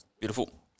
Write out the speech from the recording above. Beautiful